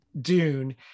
Dune